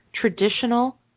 traditional